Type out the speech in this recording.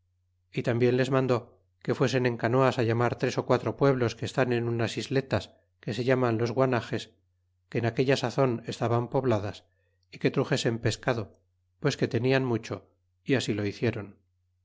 y tarnbien les mandó que fuesen en canoas á llamar tres ó quatro pueblos que estan en unas isletas que se llaman los guanages que en aquella sazon estaban pobladas y que truxesen pescado pues que tenian mucho y ansi lo hicieron